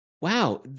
wow